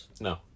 No